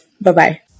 Bye-bye